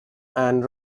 and